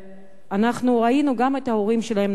ואנחנו ראינו גם את ההורים שלהם.